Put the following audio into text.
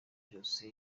byose